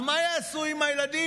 אז מה יעשו עם הילדים?